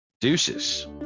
Deuces